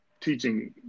teaching